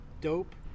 Dope